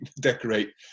decorate